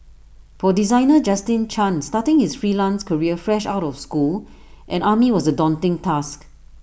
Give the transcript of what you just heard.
for designer Justin chan starting his freelance career fresh out of school and army was A daunting task